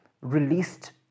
released